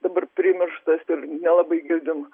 dabar primirštas ir nelabai girdim